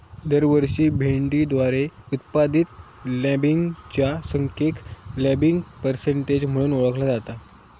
दरवर्षी भेंडीद्वारे उत्पादित लँबिंगच्या संख्येक लँबिंग पर्सेंटेज म्हणून ओळखला जाता